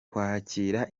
kwakira